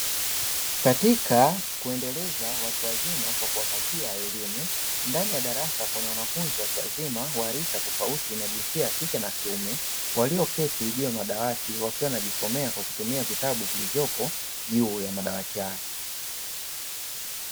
Katika kuendeleza watu wazima kwa kuwapatia elimu, ndani ya darasa kuna wanafunzi watu wazima wa rika tofauti na jinsia ya kike na kiume, walioketi juu ya madawati wakiwa wanajisomea kwa kutumia vitabu vilivyopo juu ya madawati haya.